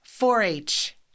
4-H